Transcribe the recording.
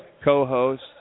co-host